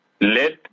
Let